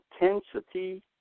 intensity